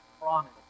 promise